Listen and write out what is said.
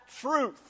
truth